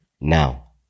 now